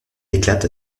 éclate